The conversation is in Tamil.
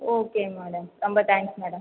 ஓகே மேடம் ரொம்ப தேங்க்ஸ் மேடம்